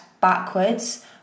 backwards